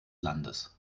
landes